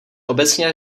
obecně